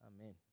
amen